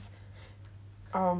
um